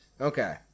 okay